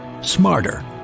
smarter